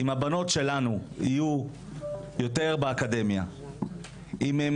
אם הבנות שלנו יהיו יותר באקדמיה אם הם